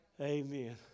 Amen